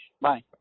Bye